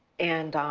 and